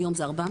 היום זה 400,